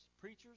preachers